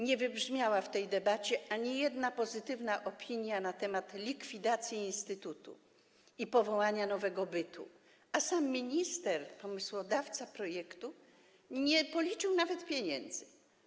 Nie wybrzmiała w tej debacie ani jedna pozytywna opinia na temat likwidacji instytutu i powołania nowego bytu, a sam minister, pomysłodawca projektu, nie policzył nawet pieniędzy.